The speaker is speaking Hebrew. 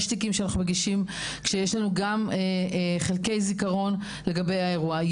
יש תיקים שאנחנו מגישים כשיש לנו גם חלקי זיכרון לגבי האירוע.